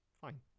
fine